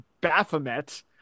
Baphomet –